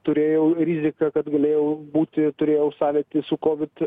turėjau riziką kad galėjau būti turėjau sąlytį su kovid